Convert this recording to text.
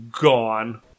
gone